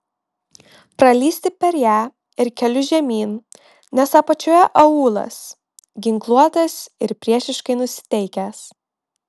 pralįsti per ją ir keliu žemyn nes apačioje aūlas ginkluotas ir priešiškai nusiteikęs